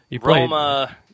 Roma